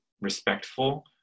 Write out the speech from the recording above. respectful